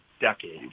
decades